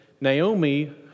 Naomi